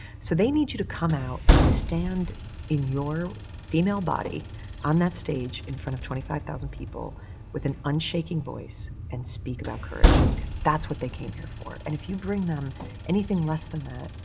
so they need you to come out and stand in your female body on that stage in front of twenty five thousand people with an unshaking voice and speak about courage, because that's what they came here for. and if you bring them anything less than that,